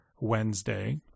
Wednesday